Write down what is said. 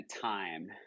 time